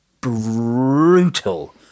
brutal